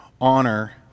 honor